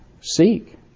seek